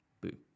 Boo